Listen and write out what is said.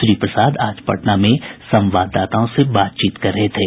श्री प्रसाद आज पटना में संवाददाताओं से बातचीत कर रहे थे